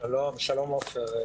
שלום עופר.